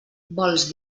vols